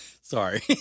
Sorry